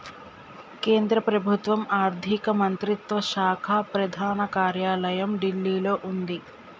కేంద్ర ప్రభుత్వం ఆర్ధిక మంత్రిత్వ శాఖ ప్రధాన కార్యాలయం ఢిల్లీలో వుంది